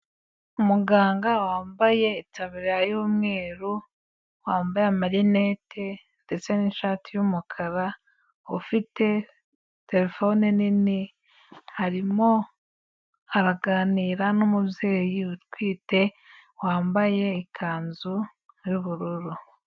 Umuganga wambaye itaburiya y'umweru, wambaye amarinete ndetse n'ishati y'umukara ufite telefone nini, arimo araganira n'umubyeyi utwite wambaye ikanzu y'ubururu.